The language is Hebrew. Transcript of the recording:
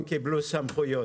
הם לא קיבלו סמכויות.